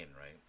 right